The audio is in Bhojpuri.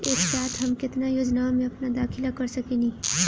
एक साथ हम केतना योजनाओ में अपना दाखिला कर सकेनी?